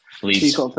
Please